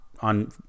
on